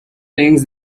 things